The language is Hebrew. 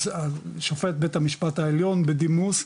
שופט בית המשפט העליון בדימוס,